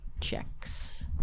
checks